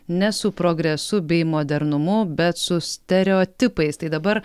ne su progresu bei modernumu bet su stereotipais tai dabar